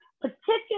particular